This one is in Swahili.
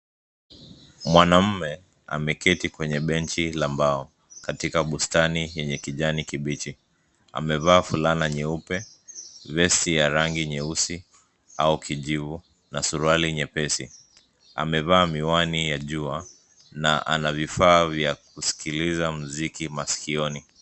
Mwanamume ameketi kwenye benchi la mbao katika bustani lenye kijani kibichi. Amevaa fulana nyeupe, vesti ya rangi nyeusi au kijivu na suruali nyepesi. Amevaa miwani ya jua na ana vifaa vya kusikiliza muziki masikioni.